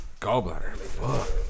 Gallbladder